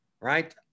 right